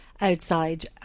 Outside